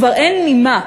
כבר אין ממה.